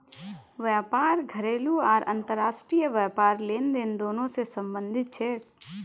व्यापार घरेलू आर अंतर्राष्ट्रीय व्यापार लेनदेन दोनों स संबंधित छेक